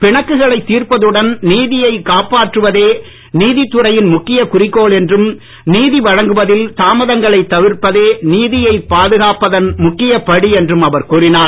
பிணக்குகளைத் தீர்ப்பதுடன் நீதியைக் காப்பாற்றுவதே நீதித் துறையின் முக்கிய குறிக்கோள் என்றும் நீதி வழங்குவதில் தாமதங்களைத் தவிர்ப்பதே நீதியைப் பாதுகாப்பதில் முக்கியப்படி என்றும் அவர் கூறினார்